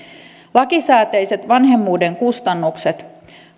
lakisääteiset vanhemmuuden kustannukset